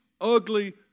Ugly